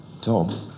Tom